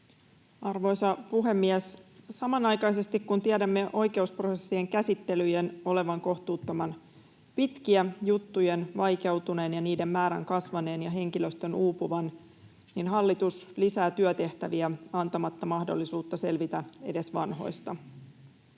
Arvoisa puhemies! Samanaikaisesti, kun tiedämme oikeusprosessien käsittelyjen olevan kohtuuttoman pitkiä, juttujen vaikeutuneen ja niiden määrän kasvaneen ja henkilöstön uupuvan, hallitus lisää työtehtäviä antamatta mahdollisuutta selvitä edes vanhoista.